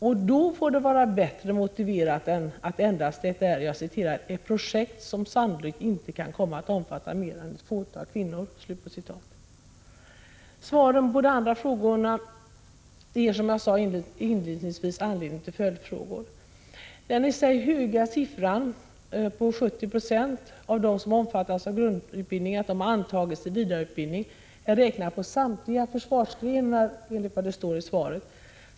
Och då får det allt finnas ett bättre motiv än det som försvarsministern anger i dag, nämligen att det endast är ett ”projekt som sannolikt inte kan komma att omfatta mer än ett fåtal av kvinnorna”. Svaren på de andra frågorna ger, som jag sade inledningsvis, anledning till följdfrågor. Den i sig höga siffran att 70 20 av dem som genomgått grundutbildning har antagits till vidareutbildning är, enligt vad som står i svaret, beräknad på samtliga försvarsgrenar.